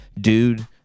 dude